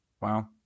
Wow